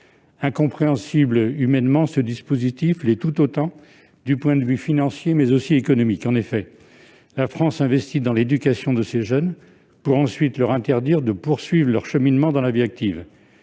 Incompréhensible humainement, ce dispositif l'est tout autant du point de vue financier et économique. En effet, la France investit dans l'éducation de ces jeunes, pour ensuite leur interdire de poursuivre leur cheminement dans la vie active.